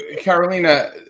Carolina